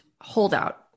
holdout